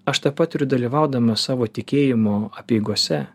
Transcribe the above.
aš tą patiriu dalyvaudamas savo tikėjimo apeigose